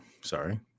sorry